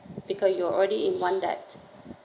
because you're already in one debt